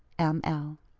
m. l.